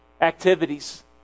activities